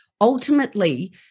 ultimately